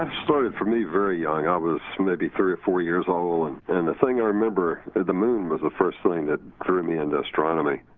started for me very young i was maybe three or four years old and and the thing i remember that the moon was the first thing that threw me into astronomy.